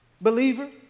believer